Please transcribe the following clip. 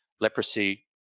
leprosy